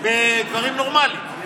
בדברים נורמליים.